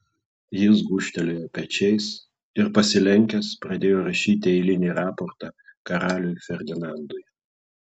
jis gūžtelėjo pečiais ir pasilenkęs pradėjo rašyti eilinį raportą karaliui ferdinandui